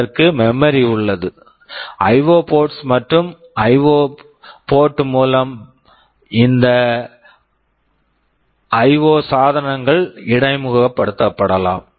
இதற்கு memory memory உள்ளது IO ports IO ports மற்றும் இந்த ஐஓ போர்ட்ஸ் IO ports மூலம் பல ஐஓ சாதனங்களுடன் இடைமுகப்படுத்தலாம்